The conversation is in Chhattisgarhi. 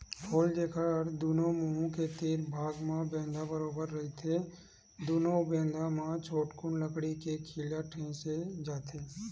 खोल, जेखर दूनो मुहूँ के तीर भाग म बेंधा बरोबर रहिथे दूनो बेधा म छोटकुन लकड़ी के खीला ठेंसे जाथे